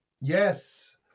Yes